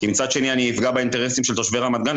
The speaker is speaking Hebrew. כי מצד שני אני אפגע באינטרסים של תושבי רמת גן,